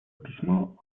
письмо